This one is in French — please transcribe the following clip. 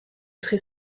très